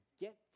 get